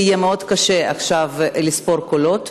כי יהיה מאוד קשה עכשיו לספור קולות.